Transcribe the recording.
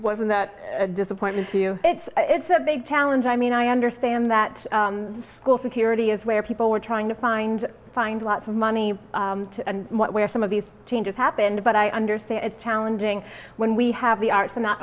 wasn't that a disappointment to you it's it's a big challenge i mean i understand that school security is where people were trying to find find lots of money and where some of these changes happened but i understand it's challenging when we have the art to not